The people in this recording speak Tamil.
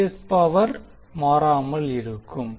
த்ரீ பேஸ் பவர் மாறாமல் இருக்கும்